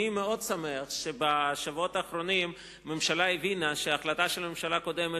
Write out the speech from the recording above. אני מאוד שמח שבשבועות האחרונים הממשלה הבינה שההחלטה של הממשלה הקודמת